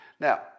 Now